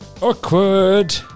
awkward